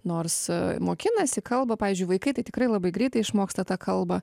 nors mokinasi kalbą pavyzdžiui vaikai tai tikrai labai greitai išmoksta tą kalbą